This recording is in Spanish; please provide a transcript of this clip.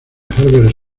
herbert